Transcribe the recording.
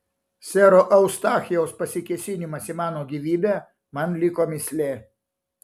sero eustachijaus pasikėsinimas į mano gyvybę man liko mįslė